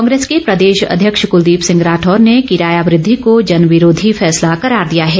कांग्रेस के प्रदेशाध्यक्ष कुलदीप सिंह राठौर ने किराया वृद्धि को जन विरोधी फैसला करार दिया है